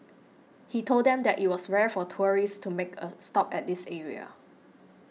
he told them that it was rare for tourists to make a stop at this area